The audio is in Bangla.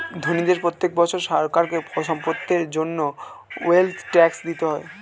ধনীদের প্রত্যেক বছর সরকারকে সম্পদের জন্য কর বা ওয়েলথ ট্যাক্স দিতে হয়